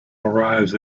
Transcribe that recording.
arrives